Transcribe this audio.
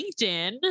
LinkedIn